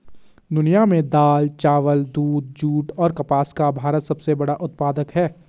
दुनिया में दाल, चावल, दूध, जूट और कपास का भारत सबसे बड़ा उत्पादक है